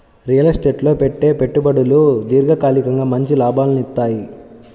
real estate లో పెట్టే పెట్టుబడులు దీర్ఘకాలికంగా మంచి లాభాలనిత్తయ్యి